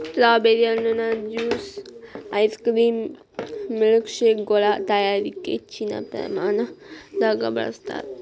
strawberry ಹಣ್ಣುನ juice ice cream ಮಿಲ್ಕ್ಶೇಕಗಳ ತಯಾರಿಕ ಹೆಚ್ಚಿನ ಪ್ರಮಾಣದಾಗ ಬಳಸ್ತಾರ್